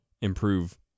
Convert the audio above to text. improve